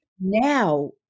Now